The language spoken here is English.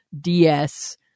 DS